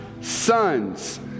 sons